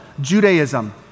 Judaism